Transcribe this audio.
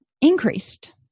increased